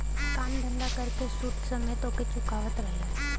काम धंधा कर के सूद समेत ओके चुकावत रहलन